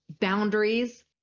boundaries